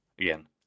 Again